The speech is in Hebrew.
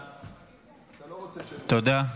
תודה.